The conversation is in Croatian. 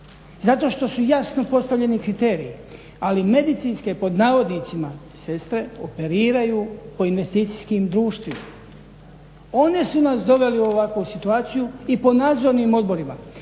zato što su jasno postavljeni kriteriji, ali medicinske pod navodnicima sestre operiraju po investicijskim društvima. One su nas dovele u ovakvu situaciju i po nadzornim odborima.